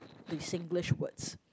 with Singlish words